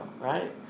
Right